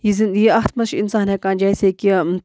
یہِ زِنٛدگۍ یہِ اَتھ مَنٛز چھُ اِنسان ہیٚکان جیسے کہِ